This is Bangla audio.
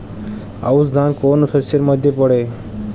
আউশ ধান কোন শস্যের মধ্যে পড়ে?